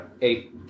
Eight